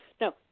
No